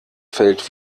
feld